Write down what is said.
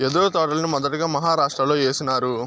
యెదురు తోటల్ని మొదటగా మహారాష్ట్రలో ఏసినారు